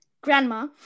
Grandma